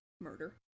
murder